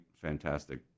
fantastic